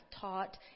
taught